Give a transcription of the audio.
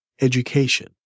education